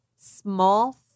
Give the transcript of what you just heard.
Small